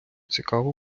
цікаво